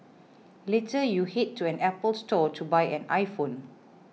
later you head to an Apple Store to buy an iPhone